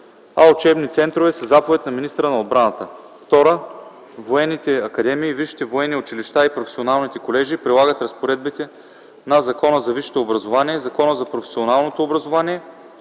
учебни центрове – със заповед на министъра на отбраната.